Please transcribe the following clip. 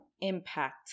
impact